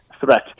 threat